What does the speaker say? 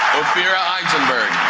ophira eisenburg.